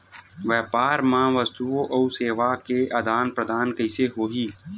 व्यापार मा वस्तुओ अउ सेवा के आदान प्रदान कइसे होही?